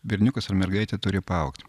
berniukas ar mergaitė turi paaugt